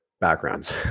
backgrounds